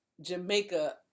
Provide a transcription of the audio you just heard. Jamaica